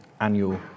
annual